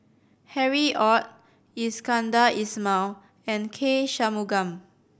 Harry Ord Iskandar Ismail and K Shanmugam